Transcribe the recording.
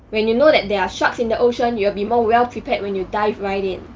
when you know that there are sharks in the ocean, you will be more well prepared when you dive right in.